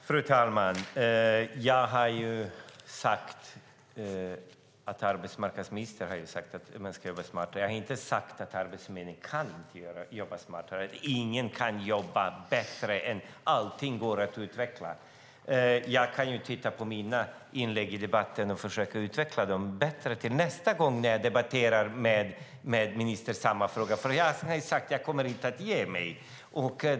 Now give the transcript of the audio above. Fru talman! Arbetsmarknadsministern har sagt att man ska vara smartare. Jag har inte sagt att Arbetsförmedlingen inte kan jobba smartare. Alla kan jobba bättre, och allting går att utveckla. Jag kan titta på mina inlägg i debatten och försöka utveckla dem så att de blir bättre till nästa gång jag debatterar samma fråga med ministern. Jag kommer inte att ge mig.